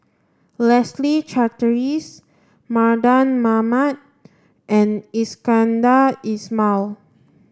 Leslie Charteris Mardan Mamat and Iskandar Ismail